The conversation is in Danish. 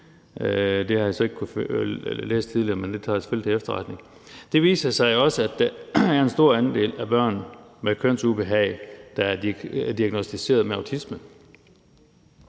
Det har jeg så ikke kunnet læse tidligere, men det tager jeg selvfølgelig til efterretning. Det viser sig også, at der er en stor andel af børn med kønsubehag, der er diagnosticeret med autisme.